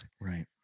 Right